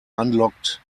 unlocked